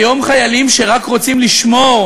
היום חיילים שרק רוצים לשמור